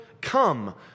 come